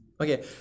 okay